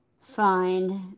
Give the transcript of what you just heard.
find